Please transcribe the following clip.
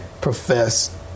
profess